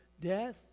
death